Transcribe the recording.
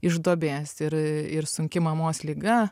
iš duobės ir ir sunki mamos liga